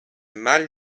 mal